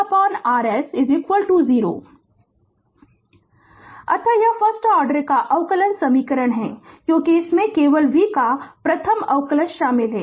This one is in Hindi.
Refer Slide Time 0728 अतः यह फर्स्ट आर्डर का अवकल समीकरण है क्योंकि इसमें केवल v का प्रथम अवकलज शामिल है